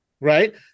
right